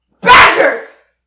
Badgers